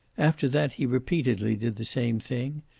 after that he repeatedly did the same thing,